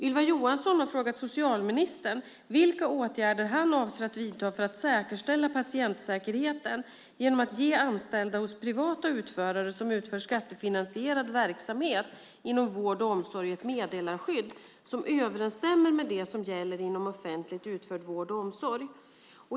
Ylva Johansson har frågat socialministern vilka åtgärder han avser att vidta för att säkerställa patientsäkerheten genom att ge anställda hos privata utförare som utför skattefinansierad verksamhet inom vård och omsorg ett meddelarskydd som överensstämmer med det som gäller inom offentligt utförd vård och omsorg.